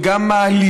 היא גם מעליבה,